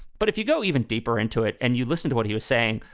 but if you go even deeper into it and you listen to what he was saying,